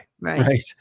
Right